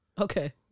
Okay